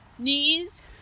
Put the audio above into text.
Knees